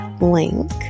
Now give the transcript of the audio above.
link